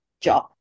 job